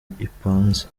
ipanze